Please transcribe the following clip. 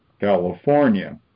California